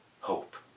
hope